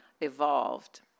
evolved